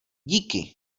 díky